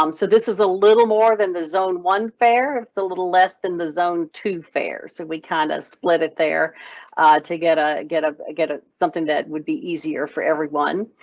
um so this is a little more than the zone one fare. it's a little less than the zone two fare, so we kind of split it there to get ah get a. get ah something that would be easier for everyone.